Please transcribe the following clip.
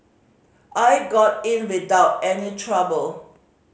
I got in without any trouble